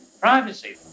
privacy